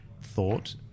thought